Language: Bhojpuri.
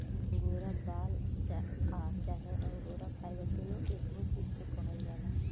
अंगोरा बाल आ चाहे अंगोरा फाइबर दुनो एके चीज के कहल जाला